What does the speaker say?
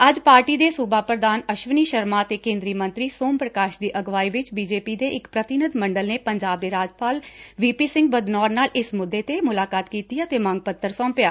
ਅੱਜ ਪਾਰਟੀ ਦੇ ਸੁਬਾ ਪੁਧਾਨ ਅਸ਼ਵਨੀ ਸ਼ਰਮਾ ਅਤੇ ਕੇਂਦਰੀ ਮੰਤਰੀ ਸੋਮ ਪੁਕਾਸ਼ ਦੀ ਅਗਵਾਈ ਵਿੱਚ ਬੀ ਜੇ ਪੀ ਦੇ ਇੱਕ ਪ੍ਰਤੀਨਿਧੀ ਮੰਡਲ ਨੇ ਪੰਜਾਬ ਦੇ ਰਾਜਪਾਲ ਵੀ ਪੀ ਸਿੰਘ ਬਦਨੌਰ ਨਾਲ ਇਸ ਮੁੱਦੇ ਤੇ ਮੁਲਾਕਾਤ ਕੀਤੀ ਅਤੇ ਮੰਗ ਪੱਤਰ ਸੋਪਿਆ